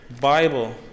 Bible